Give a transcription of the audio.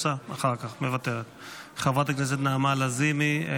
חברת הכנסת נעמה לזימי,